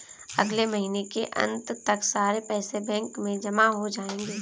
अगले महीने के अंत तक सारे पैसे बैंक में जमा हो जायेंगे